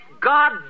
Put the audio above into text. God